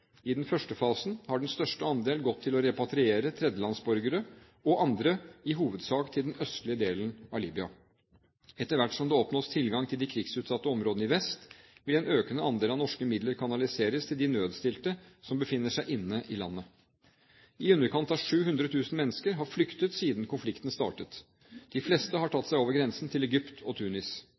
I den første fasen har den største andelen gått til å repatriere tredjelandsborgere og andre, i hovedsak til den østlige delen av Libya. Etter hvert som det oppnås tilgang til de krigsutsatte områdene i vest, vil en økende andel av norske midler kanaliseres til de nødstilte som befinner seg inne i landet. I underkant av 700 000 mennesker har flyktet siden konflikten startet. De fleste har tatt seg over grensen til Egypt og